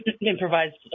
improvised